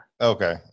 okay